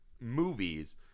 movies